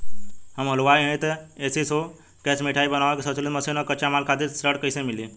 हम हलुवाई हईं त ए.सी शो कैशमिठाई बनावे के स्वचालित मशीन और कच्चा माल खातिर ऋण कइसे मिली?